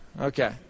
Okay